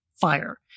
fire